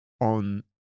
on